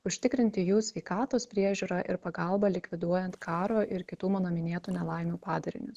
užtikrinti jų sveikatos priežiūrą ir pagalbą likviduojant karo ir kitų mano minėtų nelaimių padarinius